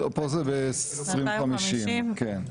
פה זה ב-2050, כן.